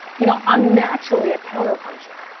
you know i'm naturally a counter puncher.